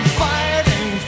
fighting